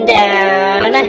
down